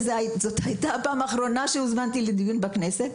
זו הייתה הפעם האחרונה שבה הוזמנתי לדיון בכנסת,